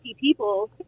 people